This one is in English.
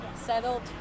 settled